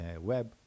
web